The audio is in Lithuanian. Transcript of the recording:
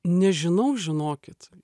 nežinau žinokit